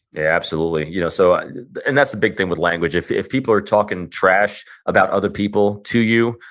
yeah, absolutely. you know so and and that's the big thing with language. if if people are talking trash about other people to you,